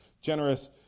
Generous